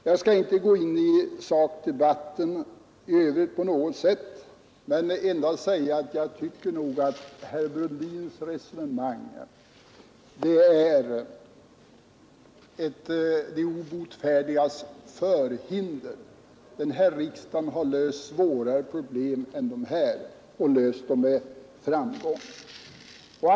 Jag skall inte gå in i sakdebatten på något sätt, utan endast säga att jag tycker att herr Brundins resonemang är ett de obotfärdigas förhinder. Den här riksdagen har löst svårare problem än så och löst dem med framgång.